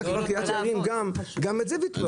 היה קרית יערים גם, גם את זה ביטלו.